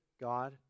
God